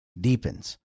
deepens